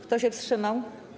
Kto się wstrzymał?